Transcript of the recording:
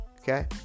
okay